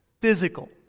physical